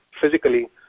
physically